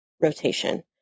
rotation